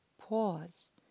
pause